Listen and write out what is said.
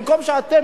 במקום שאתם,